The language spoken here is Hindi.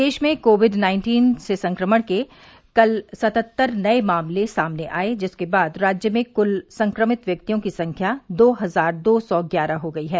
प्रदेश में कोविड नाइन्टीन से संक्रमण के कल सतहत्तर नए मामले सामने आये जिसके बाद राज्य में कुल संक्रमित व्यक्तियों की संख्या दो हजार दो सौ ग्यारह हो गई है